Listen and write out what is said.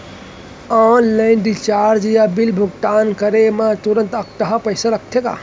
Online recharge या bill भुगतान करे मा तुरंत अक्तहा पइसा लागथे का?